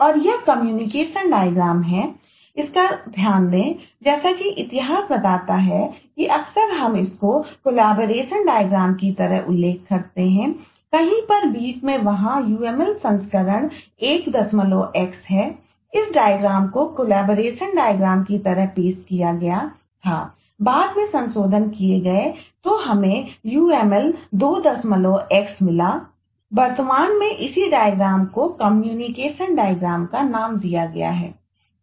और यह communication diagram का नाम दिया गया है